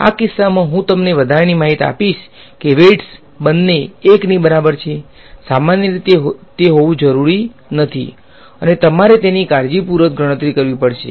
આ કિસ્સામાં હું તમને વધારાની માહિતી આપીશ કે વેઈટ્સ બંને 1 ની બરાબર છે સામાન્ય રીતે તે હોવું જરૂરી નથી અને તમારે તેની કાળજીપૂર્વક ગણતરી કરવી પડશે